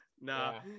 Nah